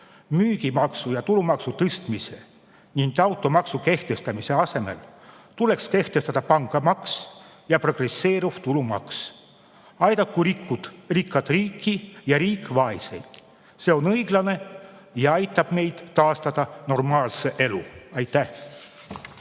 Müügimaksu ja tulumaksu tõstmise ning automaksu kehtestamise asemel tuleks kehtestada pangamaks ja progresseeruv tulumaks. Aidaku rikkad riiki ja riik vaeseid. See on õiglane ja aitab meil taastada normaalse elu. Aitäh!